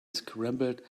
scrambled